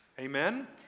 Amen